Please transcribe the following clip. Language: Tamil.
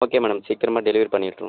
ஓகே மேடம் சீக்கிரமாக டெலிவரி பண்ணிடுறோம்